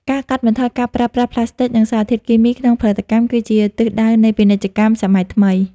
ការកាត់បន្ថយការប្រើប្រាស់ប្លាស្ទិក និងសារធាតុគីមីក្នុងផលិតកម្ម គឺជាទិសដៅនៃពាណិជ្ជកម្មសម័យថ្មី។